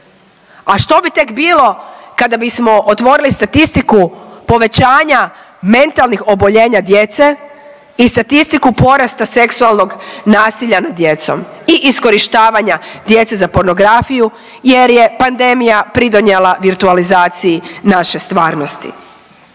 A što bi tek bilo kada bismo otvorili statistiku povećanja mentalnih oboljenja djece i statistiku porasta seksualnog nasilja nad djecom i iskorištavanja djece za pornografiju jer je pandemija pridonijela virtualizaciji naše stvarnosti?